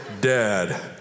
Dad